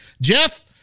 Jeff